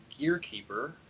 Gearkeeper